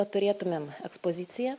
tad turėtumėm ekspoziciją